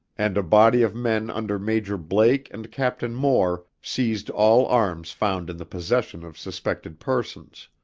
and a body of men under major blake and captain moore seized all arms found in the possession of suspected persons.